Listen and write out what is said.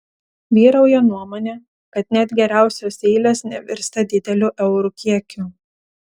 vyrauja nuomonė kad net geriausios eilės nevirsta dideliu eurų kiekiu